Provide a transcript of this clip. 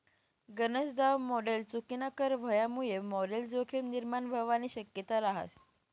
गनज दाव मॉडल चुकीनाकर व्हवामुये मॉडल जोखीम निर्माण व्हवानी शक्यता रहास